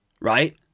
right